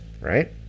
right